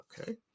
okay